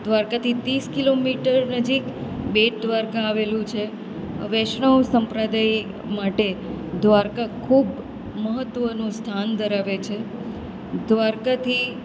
દ્વારકાથી ત્રીસ કિલોમીટર નજીક બેટ દ્વારકા આવેલું છે વૈષ્ણવ સંપ્રદાય માટે દ્વારકા ખૂબ મહત્ત્વનું સ્થાન ધરાવે છે દ્વારકાથી